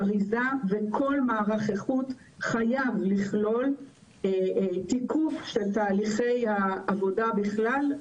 אריזה וכל מערך איכות חייב לכלול תיקוף של תהליכי העבודה בכלל,